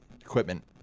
equipment